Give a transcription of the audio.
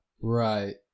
Right